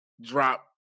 drop